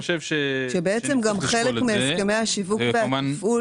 אנחנו נבקש לבחון ולהשיב על זה בישיבה הבאה.